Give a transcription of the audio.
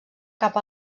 cap